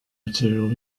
material